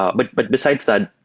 um but but besides that,